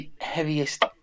heaviest